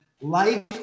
Life